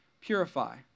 purify